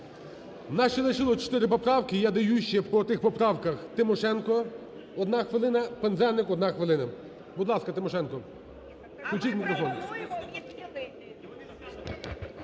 ще лишилося чотири поправки. І я даю ще по тих поправках: Тимошенко – одна хвилина; Пинзеник – одна хвилина. Будь ласка, Тимошенко включіть мікрофон.